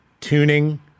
Tuning